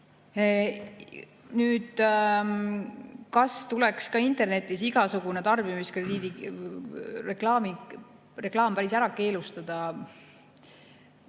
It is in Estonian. Nüüd, kas tuleks ka internetis igasugune tarbimiskrediidi reklaam päris ära keelustada?